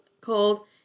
called